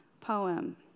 poem